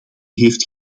heeft